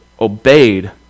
obeyed